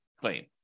claim